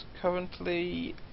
currently